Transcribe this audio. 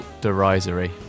derisory